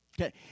Okay